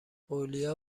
اولیاء